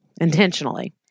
intentionally